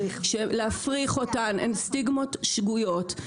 להפריך אותן הן סטיגמות שגויות.